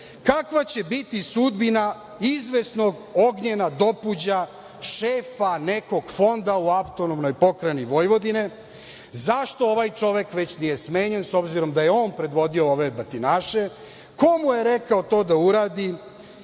Kakva će biti sudbina izvesnog Ognjena Dopuđa, šefa nekog fonda u Autonomnoj pokrajini Vojvodine? Zašto ovaj čovek već nije smenjen, s obzirom da je on predvodio ove batinaše? Ko mu je rekao to da uradi?